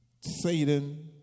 Satan